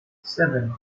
seven